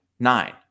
nine